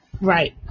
right